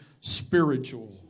spiritual